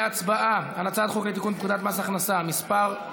להצבעה על הצעת חוק לתיקון פקודת מס הכנסה (מס' 249),